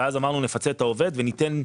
אז אמרנו: נפצה את העובד וניתן.